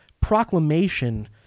proclamation